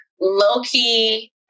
low-key